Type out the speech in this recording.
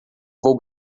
vou